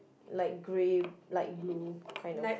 like grey light blue kind of